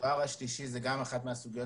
התואר השלישי זה גם אחת מהסוגיות